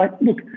look